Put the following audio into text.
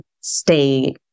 stay